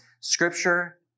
scripture